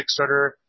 Kickstarter